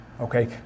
Okay